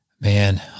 man